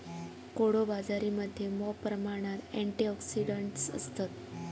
कोडो बाजरीमध्ये मॉप प्रमाणात अँटिऑक्सिडंट्स असतत